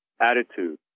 attitude